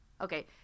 okay